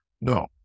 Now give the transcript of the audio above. No